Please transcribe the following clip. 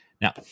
Now